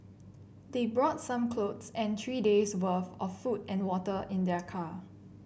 they brought some clothes and three days' worth of food and water in their car